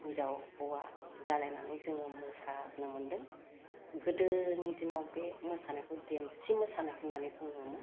हिन्जाव हौवा जालायनानै जोङो मोसानो मोन्दों गोदोनि दिनाव बे मोसानायखौ देमसि मोसानाय होननानै बुङोमोन